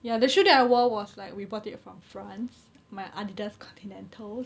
ya the shoe that I wore was like we bought it from france my adidas continental